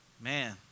man